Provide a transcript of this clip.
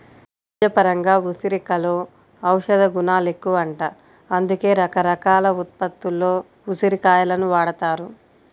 వైద్యపరంగా ఉసిరికలో ఔషధగుణాలెక్కువంట, అందుకే రకరకాల ఉత్పత్తుల్లో ఉసిరి కాయలను వాడతారు